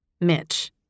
Mitch